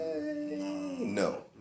No